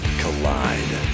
collide